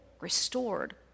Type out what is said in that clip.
restored